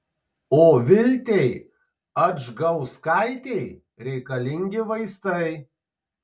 o viltei adžgauskaitei reikalingi vaistai